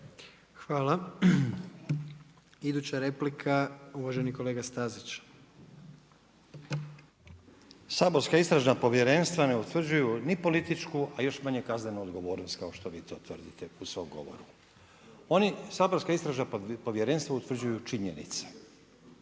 Hvala. Iduća replika, uvaženi kolega Stazić. **Stazić, Nenad (SDP)** Saborska istražna povjerenstva ne utvrđuju ni političku, a još manje kaznenu odgovornost, kao što vi to tvrdite u svom govoru. Oni, saborska istražna povjerenstva utvrđuju činjenice.